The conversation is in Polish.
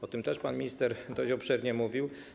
O tym też pan minister dość obszernie mówił.